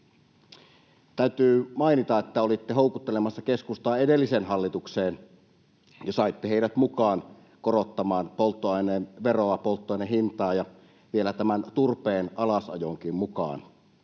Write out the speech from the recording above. Täytyy mainita, että olitte houkuttelemassa keskustaa edelliseen hallitukseen ja saitte heidät mukaan korottamaan polttoaineveroa ja polttoaineen hintaa ja vielä turpeen alasajoonkin mukaan.